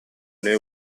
alle